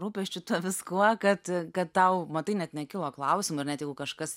rūpesčių tuo viskuo kad kad tau matai net nekilo klausimų ir net jeigu kažkas